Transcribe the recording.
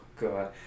god